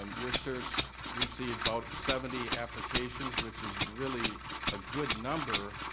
um your search received about seventy applications, which is really a good number,